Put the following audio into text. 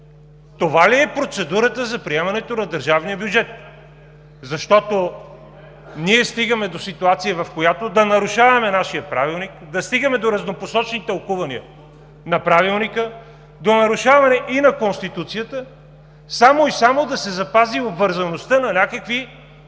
Това ли е процедурата за приемането на държавния бюджет? Защото ние стигаме в ситуация, в която да нарушаваме нашия Правилник, да стигаме до разнопосочните опъвания на Правилника, до нарушаване и на Конституцията само и само да се запази обвързаността на някакви параметри